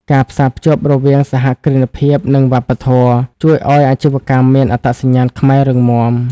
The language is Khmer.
ការផ្សារភ្ជាប់រវាង "សហគ្រិនភាព និងវប្បធម៌" ជួយឱ្យអាជីវកម្មមានអត្តសញ្ញាណខ្មែររឹងមាំ។